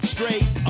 Straight